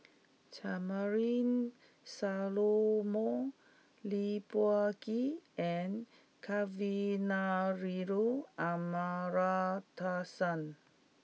Charmaine Solomon Lee Peh Gee and Kavignareru Amallathasan